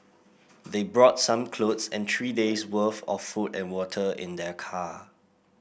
they brought some clothes and three days' worth of food and water in their car